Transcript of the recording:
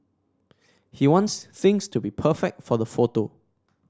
he wants things to be perfect for the photo